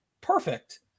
perfect